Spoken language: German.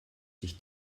sich